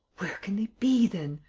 where can they be then?